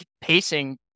pacing